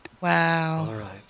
Wow